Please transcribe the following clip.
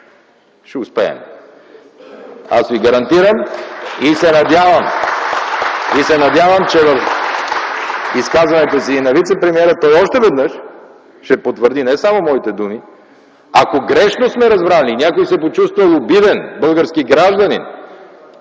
от ГЕРБ.) Аз ви гарантирам и се надявам, че в изказването си вицепремиерът още веднъж ще потвърди не само моите думи. Ако грешно сме разбрани и някой се е почувствал обиден – български гражданин,